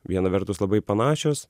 viena vertus labai panašios